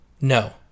No